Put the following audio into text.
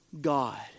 God